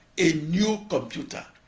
a new computer.